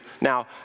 Now